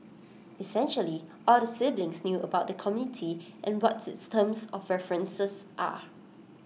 essentially all the siblings knew about the committee and what its terms of references are